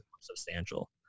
substantial